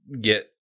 get